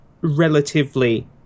relatively